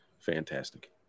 fantastic